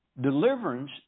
deliverance